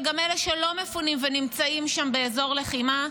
וגם אלה שלא מפונים ונמצאים שם באזור לחימה,